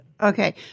Okay